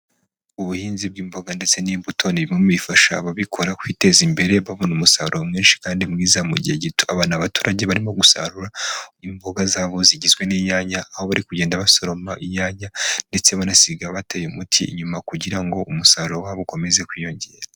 Ubuhinzi bw'imboga ndetse n'imbuto, ni bumwe mu bifasha ababikora kwiteza imbere babona umusaruro mwinshi kandi mwiza mu gihe gito, aba ni abaturage barimo gusarura imbuga zabo zigizwe n'inyanya, aho bari kugenda basoroma inyanya ndetse banasiga bateye umuti inyuma kugira ngo umusaruro wabo ukomeze kwiyongera.